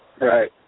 Right